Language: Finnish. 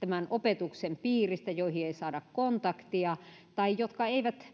tämän opetuksen piiristä joihin ei saada kontaktia tai jotka eivät